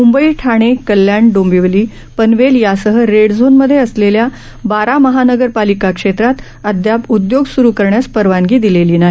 मुंबई ठाणे कल्याण डोंबिवली पनवेल यासह रेड झोनमध्ये असलेल्या बारा महानगरपालिका क्षेत्रात अदयाप उदयोग सुरू करण्यास परवानगी दिलेली नाही